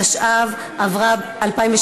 התשע"ו 2016,